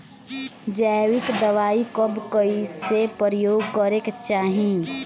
जैविक दवाई कब कैसे प्रयोग करे के चाही?